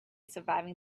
surviving